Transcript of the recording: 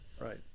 right